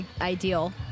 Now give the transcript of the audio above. ideal